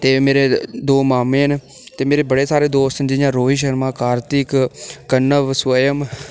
ते मेरे दौ मामें न ते मेरे बड़े सारे दोस्त जि'यां रोहित शर्मा कार्तिक कणव स्वयम